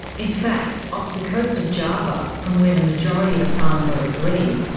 in fact, off the coast of java, from where the majority of asylum boats leave,